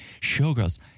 Showgirls